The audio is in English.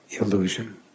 illusion